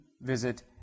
visit